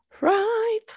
right